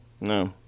No